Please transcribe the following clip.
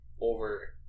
over